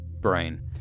brain